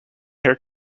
hair